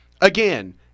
Again